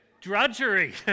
Drudgery